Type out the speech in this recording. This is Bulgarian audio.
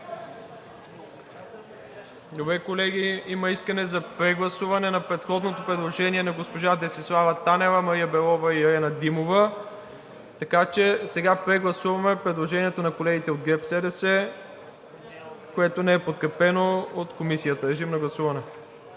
Колеги, има искане за прегласуване на предходното предложение – на госпожа Десислава Танева, Мария Белова и Ирена Димова, така че сега прегласуваме предложението на колегите от ГЕРБ-СДС, което не е подкрепено от Комисията. Моля, режим на гласуване.